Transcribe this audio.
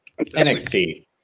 NXT